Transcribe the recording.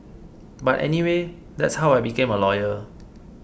but anyway that's how I became a lawyer